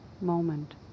moment